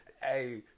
Hey